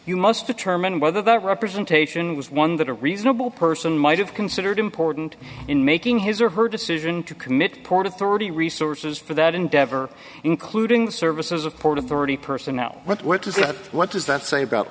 you must determine whether that representation was one that a reasonable person might have considered important in making his or her decision to commit port authority resources for that endeavor including the services of port authority personnel what does that what does that say about